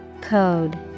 Code